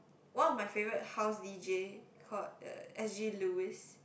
one of my favourite house d_j called S_G-Lewis